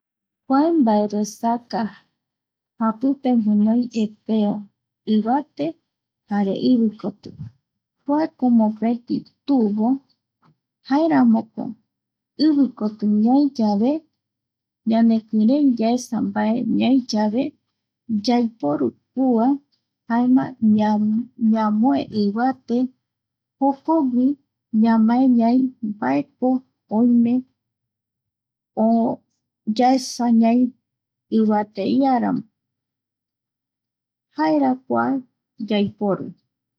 Kua mbaeresaka japipe guinoi epeo ivate jare ivikoti kuako mopeti tuvo, jaeramoko ivikoti ñai yave ñanekirei yaesa mbae ñai yave yaiporu kua jaema ñamoe ivate, jokogui ñamae ñai mbaeko oime yaesa ñai ivate iarambo jaera kua yaiporu